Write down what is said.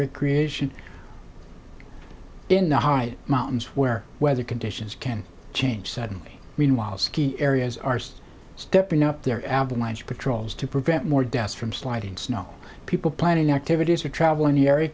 recreational in the high mountains where weather conditions can change suddenly meanwhile ski areas arsed stepping up their avalanche patrols to prevent more deaths from sliding snow people planning activities or travel in the area